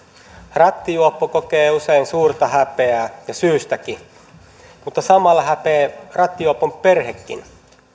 rattijuoppo kokee usein suurta häpeää ja syystäkin mutta samalla häpeää rattijuopon perhekin